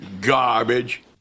garbage